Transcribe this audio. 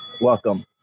Welcome